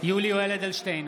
יולי יואל אדלשטיין,